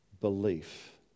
belief